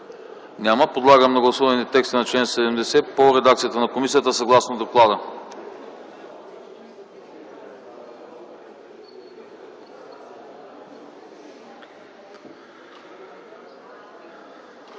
прието. Подлагам на гласуване текста на чл. 73 в редакцията на комисията съгласно доклада.